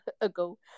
ago